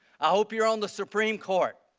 i hope you were on the supreme court.